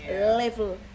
level